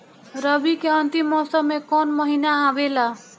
रवी के अंतिम मौसम में कौन महीना आवेला?